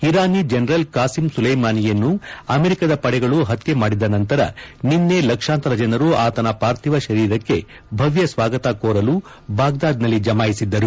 Irani general Qasem ಸುಲ್ಲೆಮಾನಿಯನ್ನು ಅಮೆರಿಕದ ಪಡೆಗಳು ಹತ್ತೆ ಮಾಡಿದ ನಂತರ ನಿನ್ನೆ ಲಕ್ಷಾಂತರ ಜನರು ಆತನ ಪಾರ್ಥಿವ ಶರೀರಕ್ಷೆ ಭವ್ದ ಸ್ವಾಗತ ಕೋರಲು ಬಾಗ್ದಾದ್ನಲ್ಲಿ ಜಮಾಯಿಸಿದ್ದರು